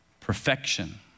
perfection